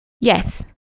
Yes